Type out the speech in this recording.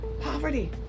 Poverty